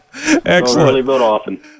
Excellent